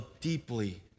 deeply